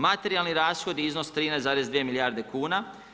Materijalni rashodi iznos 13,2 milijarde kuna.